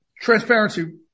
transparency